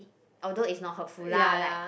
although it's not hurtful lah like